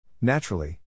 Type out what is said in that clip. Naturally